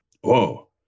Whoa